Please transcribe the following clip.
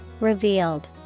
Revealed